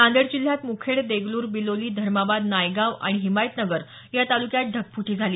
नांदेड जिल्ह्यात मुखेड देगलूर बिलोली धर्माबाद नायगांव आणि हिमायतनगर या तालुक्यात ढगफुटी झाली